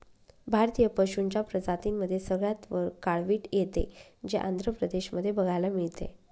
भारतीय पशूंच्या प्रजातींमध्ये सगळ्यात वर काळवीट येते, जे आंध्र प्रदेश मध्ये बघायला मिळते